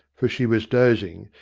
for she was dozing,